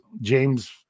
James